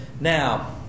Now